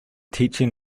teaching